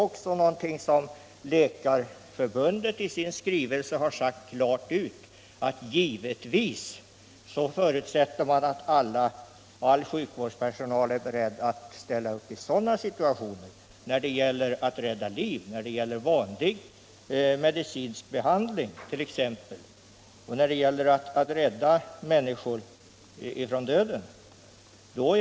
Även Sveriges läkarförbund har i sin skrivelse sagt att givetvis förutsätter man att all sjukvårdspersonal är beredd att ställa upp i sådana situationer — när det gäller vanlig medicinsk behandling och när det gäller att rädda människor från döden.